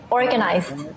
organized